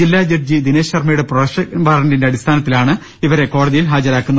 ജില്ലാ ജഡ്ജി ദിനേശ് ശർമ്മയുടെ പ്രൊഡക്ഷൻ വാറണ്ടിന്റെ അടിസ്ഥാനത്തിലാണ് ഇവരെ കോടതിയിൽ ഹാജരാക്കുന്നത്